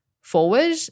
forward